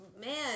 man